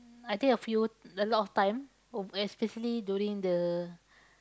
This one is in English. I think a few a lot of time uh especially during the